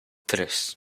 tres